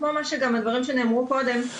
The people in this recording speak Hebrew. דברים שנאמרו קודם,